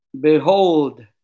Behold